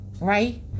right